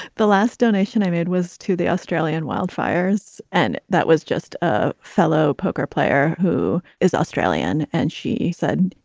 the last donation i made was to the australian wildfires, and that was just a fellow poker player who is australian. and she said,